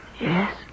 Yes